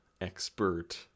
expert